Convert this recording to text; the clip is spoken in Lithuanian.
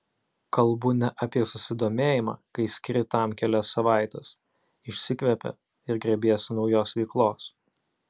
kalbu ne apie susidomėjimą kai skiri tam kelias savaites išsikvepi ir grėbiesi naujos veiklos